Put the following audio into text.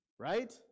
Right